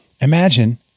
Imagine